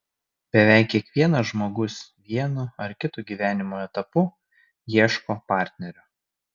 beveik kiekvienas žmogus vienu ar kitu gyvenimo etapu ieško partnerio